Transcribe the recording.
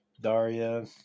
Daria